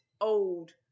old